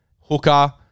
hooker